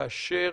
כאשר